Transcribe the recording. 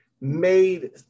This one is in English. made